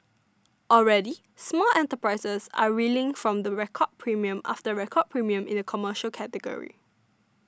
already small enterprises are reeling from record premium after record premium in the commercial category